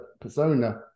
persona